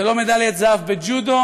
זה לא מדליית זהב בג'ודו,